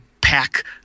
pack